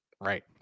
Right